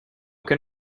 can